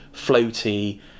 floaty